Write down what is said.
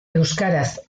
euskaraz